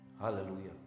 Hallelujah